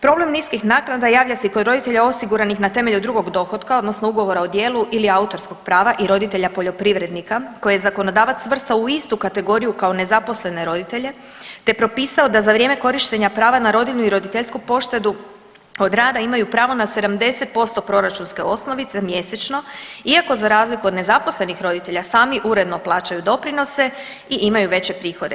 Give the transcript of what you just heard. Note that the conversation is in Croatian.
Problem niskih naknada javlja se i kod roditelja osiguranih na temelju drugog dohotka odnosno ugovora o djelu ili autorskog prava i roditelja poljoprivrednika koje je zakonodavac svrstao u istu kategoriju kao nezaposlene roditelje te propisao da za vrijeme korištenje prava na rodilju i roditeljsku poštedu od rada imaju pravo na 70% proračunske osnovice mjesečno iako za razliku od nezaposlenih roditelja sami uredno plaćaju doprinose i imaju veće prihode.